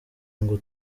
ngo